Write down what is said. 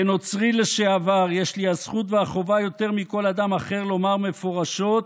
כנוצרי לשעבר יש לי הזכות והחובה יותר מכל אדם אחר לומר מפורשות